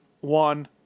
one